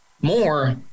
more